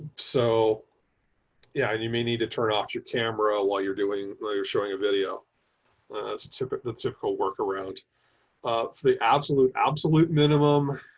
so yeah, and you may need to turn off your camera while you're doing while you're showing a video that's typically the typical work around um the absolute, absolute minimum.